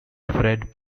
fred